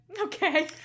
okay